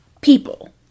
people